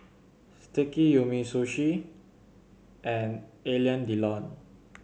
Sticky Umisushi and Alain Delon